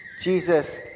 Jesus